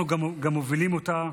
וגם מובילים אותו.